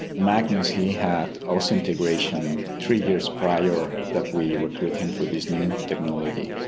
magnus, he had osseointegration three years prior that we recruited him for this new technology.